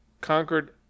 conquered